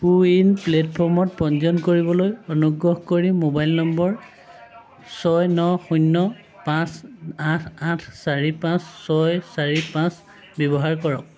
কো win প্লেটফৰ্মত পঞ্জীয়ন কৰিবলৈ অনুগ্ৰহ কৰি মোবাইল নম্বৰ ছয় ন শূন্য পাঁচ আঠ আঠ চাৰি পাঁচ ছয় চাৰি পাঁচ ব্যৱহাৰ কৰক